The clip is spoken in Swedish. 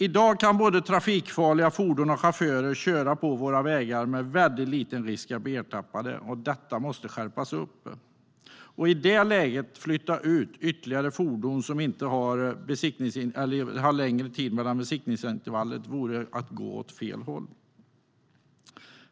I dag kan både trafikfarliga fordon och chaufförer köra på våra vägar med väldigt liten risk att bli ertappade. Detta måste skärpas upp. Att i det läget flytta ut besiktningsarbetet för ytterligare fordon med längre besiktningsintervall vore att gå åt fel håll.